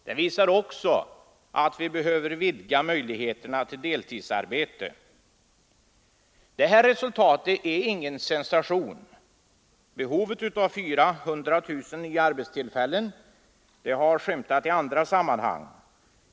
Vi behöver också vidga möjligheterna till deltidsarbete. Resultatet är ingen sensation. Behovet av 400 000 nya arbetstillfällen har skymtat i andra sammanhang.